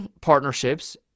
partnerships